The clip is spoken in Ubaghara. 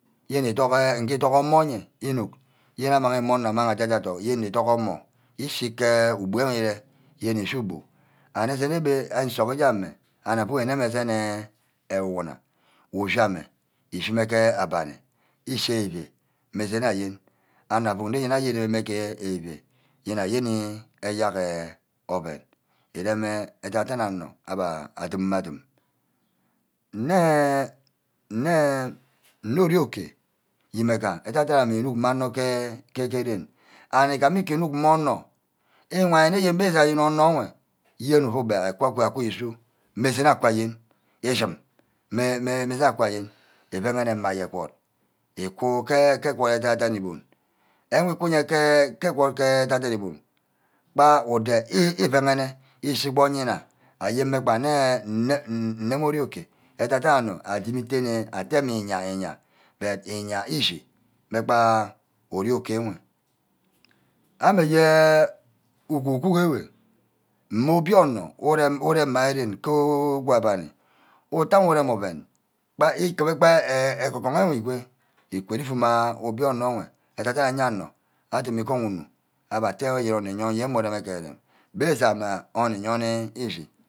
Yene idughu nge idughu omor ye inuck, yene amang mme onor aje aja duck yene niduck omor ushike ugbi ame ure, yene ushu bu and asene ewe weh nsoghi mme ame abhe auuck mme nneyene mme esene ewuwun ushi-ame ishime ke abani ishi evi-via mme esen ayen anor avuck mme nneyen ayene mme ke evi-vai yeni ayeni eyerk oven ereme adan-dan onor agba adum-me-adom nne eh, nne eh ori-okay imegha adan-adan inuck mme onor ke ren and igam ike wu inuck mme onor iwani nni nne ja ayen onor nwe yen urugbahe akwa-kwa isu mme esen aka eyen, ivanne mme aye egwort, iku ke egwort ke adan igbon awi ku ye ke-ke egwort ke adan igbon kpa ude kpa iueghere, ishi gba oyina ayen-mme nne-nne ori-okay adan adan onor adimi itene atte mme iya-iya but iya ichi megba ori-okay enwe amaye ke okuku ewe mme obio-onor ure mme ren ku abani utte ame urem oven gba uku-bu gba agon-goni igo, ukberi ivuma obio-onor enwe ayanor udume igon unu abhe atte ye onor nyor ni mme reme ke ere-ram, gbe sani onor iyoni eshi